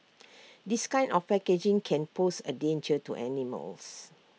this kind of packaging can pose A danger to animals